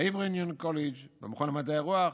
בהיברו יוניון קולג', במכון למדעי הרוח.